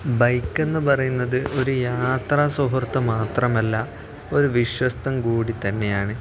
bike എന്ന് പറയുന്നത് ഒരു യാത്രാ സുഹൃത്ത് മാത്രമല്ല ഒരു വിശ്വസ്തൻ കൂടി തന്നെയാണ്